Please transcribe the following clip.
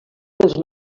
els